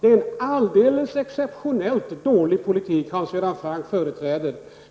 Det är en alldeles exceptionellt dålig politik som Hans Göran Franck företräder.